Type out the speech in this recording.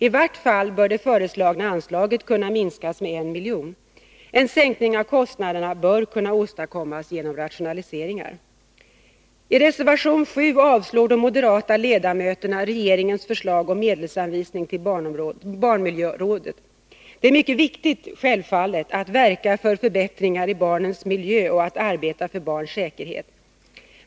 I vart fall bör det föreslagna anslaget kunna minskas med 1 miljon. En sänkning av kostnaderna bör kunna åstadkommas genom rationaliseringar. I reservation 7 avstyrker de moderata ledamöterna regeringens förslag om medelsanvisning till barnmiljörådet. Det är självfallet mycket viktigt att verka för förbättringar i barnens miljö och att arbeta för barns säkerhet.